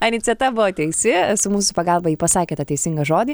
aniceta buvo teisi su mūsų pagalba ji pasakė tą teisingą žodį